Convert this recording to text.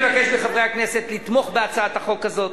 אני מבקש מחברי הכנסת לתמוך בהצעת החוק הזאת.